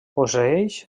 posseeix